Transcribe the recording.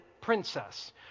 princess